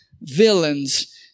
villains